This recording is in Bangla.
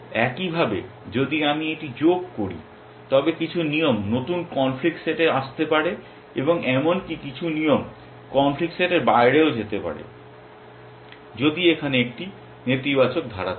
একইভাবে যদি আমি এটি যোগ করি তবে কিছু নতুন নিয়ম কনফ্লিক্ট সেটে আসতে পারে এবং এমনকি কিছু নিয়ম কনফ্লিক্ট সেটের বাইরেও যেতে পারে যদি এখানে একটি নেতিবাচক ধারা থাকে